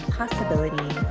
possibility